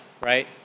right